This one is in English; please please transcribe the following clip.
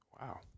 Wow